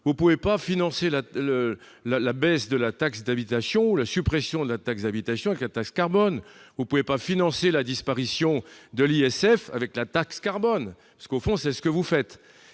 Vous ne pouvez pas financer la baisse ou la suppression de la taxe d'habitation par la taxe carbone ; vous ne pouvez pas financer la disparition de l'ISF par la taxe carbone. Car, au fond, c'est ce que vous faites